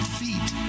feet